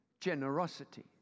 Generosity